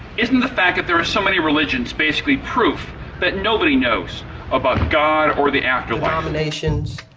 isn't the fact that there are so many religions basically proof that nobody knows about god or the afterlife? denominations,